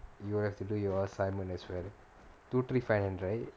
you will have to do your assignment as well two three five nine right